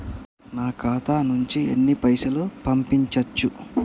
నా ఖాతా నుంచి ఎన్ని పైసలు పంపించచ్చు?